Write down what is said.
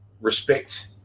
respect